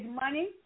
money